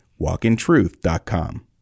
walkintruth.com